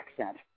accent